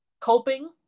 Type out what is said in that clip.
Coping